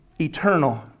eternal